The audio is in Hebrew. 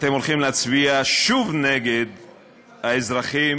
אתם הולכים להצביע שוב נגד האזרחים,